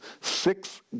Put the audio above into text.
six